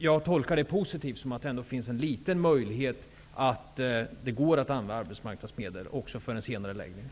Jag tolkar det positivt, som om det ändå finns en liten möjlighet att det även för en senareläggning går att använda arbetsmarknadsmedel.